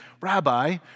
Rabbi